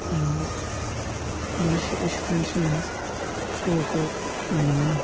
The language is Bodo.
बियाव इंलेस इसुरेन्स होन्नाय सल'खौ दामदोंमोन आं